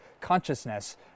consciousness